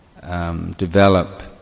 Develop